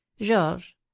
Georges